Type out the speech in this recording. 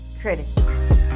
criticism